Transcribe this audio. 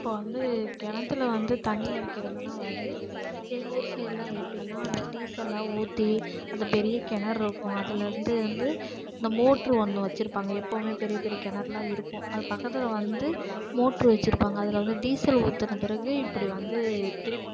இப்போ வந்து கிணத்துல வந்து தண்ணி இறைக்கிறதுன்னா வந்து எங்கூர் சைட்லாம் எப்படின்னா அந்த டீசல்லாம் ஊற்றி அந்த பெரிய கிணறு இருக்கும் அதிலிருந்து வந்து அந்த மோட்டரு ஒன்று வச்சிருப்பாங்க எப்போவுமே பெரிய பெரிய கிணறுலாம் இருக்கும் அது பக்கத்தில் வந்து மோட்டரு வச்சிருப்பாங்க அதில் வந்து டீசல் ஊற்றின பிறகு இப்படி வந்து திருப்